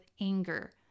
anger